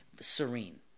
Serene